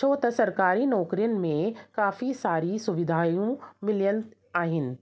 छो त सरकारी नौकिरियुनि में काफ़ी सारी सुविधाऊं मिलियल आहिनि